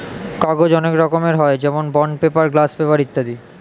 কাগজ অনেক রকমের হয়, যেরকম বন্ড পেপার, গ্লাস পেপার ইত্যাদি